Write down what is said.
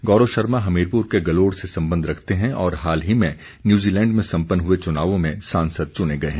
गौरव शर्मा हमीरपुर के गलोड़ से संबंध रखते हैं और हाल ही में न्यूज़ीलैंड में संपन्न हुए चुनावों में सांसद चुने गए हैं